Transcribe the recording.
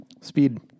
Speed